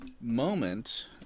moment